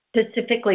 specifically